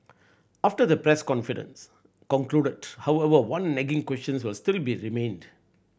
after the press confidence concluded however one nagging question will still be remained